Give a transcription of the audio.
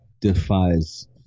defies